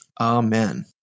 Amen